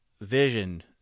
Vision